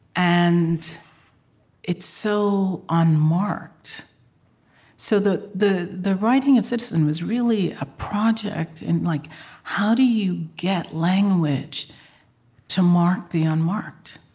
and it's so unmarked so the the writing of citizen was really a project in like how do you get language to mark the unmarked?